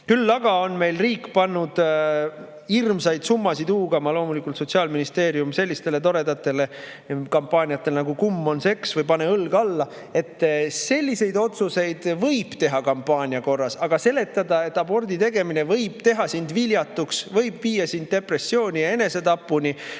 Küll aga on meil riik pannud hirmsaid summasid huugama – loomulikult Sotsiaalministeerium – sellistele toredatele kampaaniatele nagu "Kumm on seks" ja "Pane õlg alla". Selliseid otsuseid võib teha kampaania korras, aga [ei või] seletada, et abordi tegemine võib teha sind viljatuks, võib viia depressiooni ja enesetapuni,